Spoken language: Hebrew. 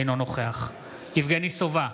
אינו נוכח יבגני סובה,